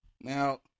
Now